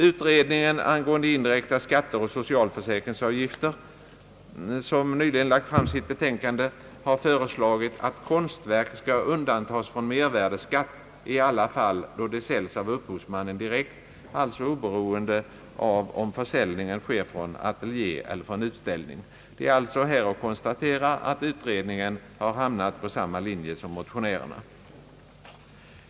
Utredningen angående indirekta skatter och socialförsäkringsavgifter som nyligen lagt fram sitt betänkande har föreslagit, att konstverk skall undantagas från mervärdeskatt i alla fall då de säljs av upphovsmannen direkt, alltså oberoende av om försäljningen sker från ateljé eller från utställning. Det är alltså här att konstatera att utredningen har hamnat på samma linje som motionärerna.